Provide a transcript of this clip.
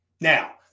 Now